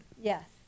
Yes